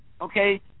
okay